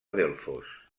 delfos